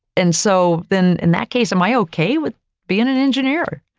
and so then in that case, am i okay with being an engineer?